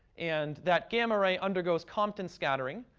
and that gamma ray undergoes compton scattering.